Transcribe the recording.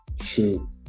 Shoot